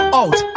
out